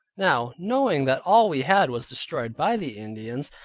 now knowing that all we had was destroyed by the indians,